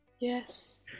yes